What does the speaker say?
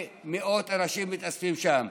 מאות אנשים מתאספים שם.